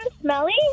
smelly